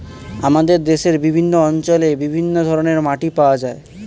আমাদের দেশের বিভিন্ন অঞ্চলে বিভিন্ন ধরনের মাটি পাওয়া যায়